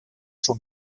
schon